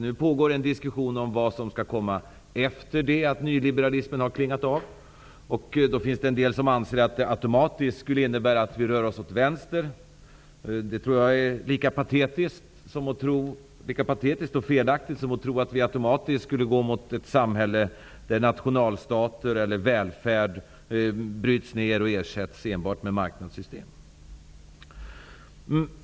Nu pågår en diskussion om vad som skall komma efter det att nyliberalismen har klingat av. Det finns en del som anser att det automatiskt skulle innebära att vi rör oss åt vänster. Jag tror att det är lika patetiskt och felaktigt som att tro att vi automatiskt skulle gå mot en samhälle där nationalstater eller välfärd bryts ner och ersätts enbart med marknadssystem.